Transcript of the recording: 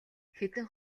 хэдэн